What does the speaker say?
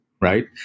right